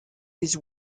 his